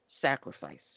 sacrifice